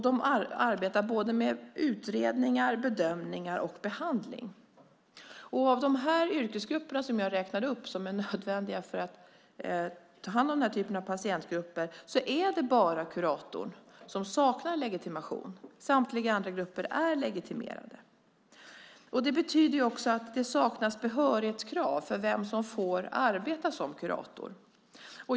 De arbetar med utredningar, bedömningar och behandling. Av de yrkesgrupper som jag räknade upp, som är nödvändiga för ta hand om den här typen av patientgrupper, är det bara kuratorn som saknar legitimation. Samtliga andra grupper är legitimerade. Det betyder också att det saknas behörighetskrav för vem som får arbeta som kurator.